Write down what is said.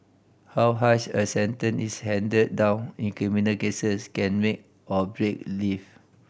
how harsh a sentence is handed down in criminal cases can make or break live